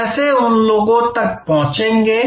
कैसे उन लोगों तक पहुंचेंगे